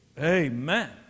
Amen